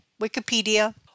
Wikipedia